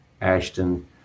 Ashton